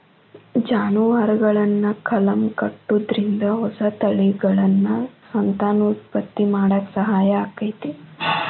ಜಾನುವಾರುಗಳನ್ನ ಕಲಂ ಕಟ್ಟುದ್ರಿಂದ ಹೊಸ ತಳಿಗಳನ್ನ ಸಂತಾನೋತ್ಪತ್ತಿ ಮಾಡಾಕ ಸಹಾಯ ಆಕ್ಕೆತಿ